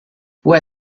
può